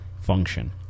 function